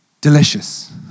delicious